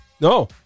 No